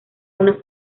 una